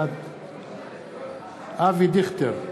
בעד אבי דיכטר,